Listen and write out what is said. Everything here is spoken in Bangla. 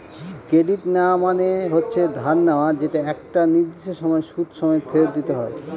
ক্রেডিট নেওয়া মানে হচ্ছে ধার নেওয়া যেটা একটা নির্দিষ্ট সময় সুদ সমেত ফেরত দিতে হয়